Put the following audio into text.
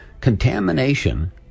contamination